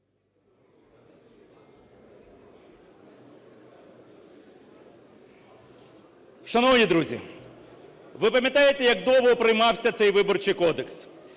Шановні друзі, ви пам'ятаєте, як довго приймався цей Виборчий кодекс.